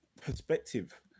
perspective